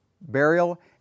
burial